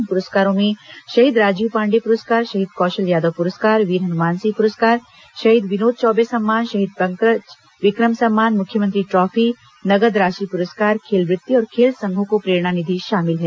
इन पुरस्कारों में शहीद राजीव पाण्डेय पुरस्कार शहीद कौशल यादव पुरस्कार वीर हनुमान सिंह पुरस्कार शहीद विनोद चौबे सम्मान शहीद पंकज विक्रम सम्मान मुख्यमंत्री ट्राफी नगद राशि पुरस्कार खेल वृत्ति और खेल संघों को प्रेरणा निधि शामिल हैं